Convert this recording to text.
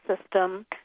system